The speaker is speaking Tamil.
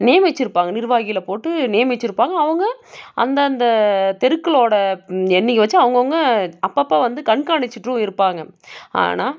நியமிச்சுருப்பாங்க நிர்வாகிகளை போட்டு நியமிச்சுருப்பாங்க அவங்க அந்தந்த தெருக்களோட எண்ணிக்கை வெச்சு அவங்கவங்க அப்பப்போ வந்து கண்காணிச்சுட்டும் இருப்பாங்க ஆனால்